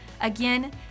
Again